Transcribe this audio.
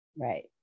Right